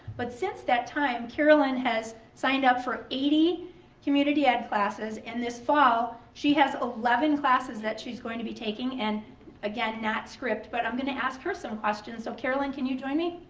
but since that time, carolyn has signed up for eighty community ed classes and this fall she has eleven classes that she's going to be taking and again, not script, but i'm going to ask her some questions. so carolyn can you join me?